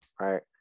right